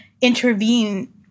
intervene